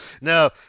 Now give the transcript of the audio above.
No